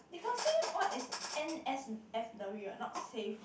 they got say what is n_s_f_w eh not safe